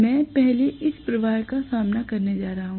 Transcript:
मैं पहले इस प्रवाह का सामना करने जा रहा हूं